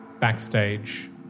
backstage